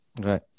right